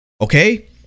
okay